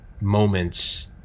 moments